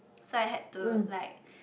so I had to like